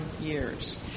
years